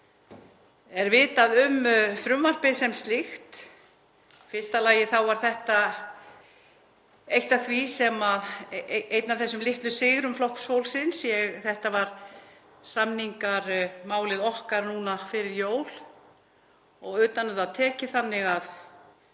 er vitað um frumvarpið sem slíkt. Í fyrsta lagi var þetta einn af þessum litlu sigrum Flokks fólksins. Þetta var samningamálið okkar núna fyrir jól og utan um það tekið þannig að